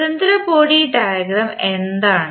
സ്വതന്ത്ര body diagram എന്താണ്